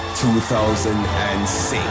2006